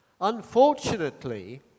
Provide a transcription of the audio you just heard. Unfortunately